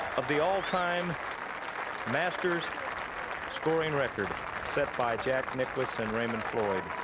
of the all-time masters scoring record set by jack nicholson, raymond floyd.